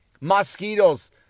Mosquitoes